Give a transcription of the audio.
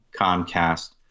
Comcast